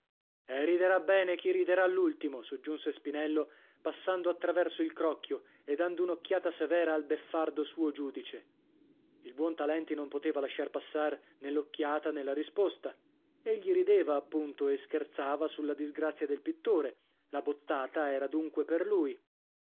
riderà bene chi riderà l'ultimo soggiunse spinello passando attraverso il crocchio e dando un'occhiata severa al beffardo suo giudice il buontalenti non poteva lasciar passar nè l'occhiata nè la risposta egli rideva appunto e scherzava sulla disgrazia del pittore la bottata era dunque per lui